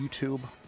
YouTube